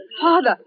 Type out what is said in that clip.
Father